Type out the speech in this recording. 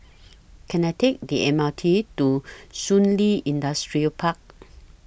Can I Take The M R T to Shun Li Industrial Park